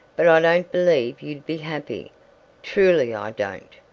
but i don't believe you'd be happy truly i don't.